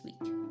week